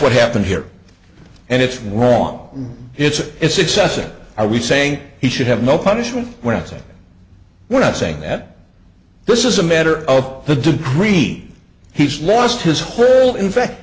what happened here and it's wrong it's a it's excessive are we saying he should have no punishment when i say we're not saying that this is a matter of the degree he's lost his hurdle in fact